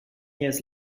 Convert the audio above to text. years